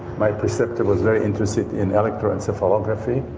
my preceptor was very interested in electroencephalography,